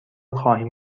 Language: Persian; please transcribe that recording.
خواهیم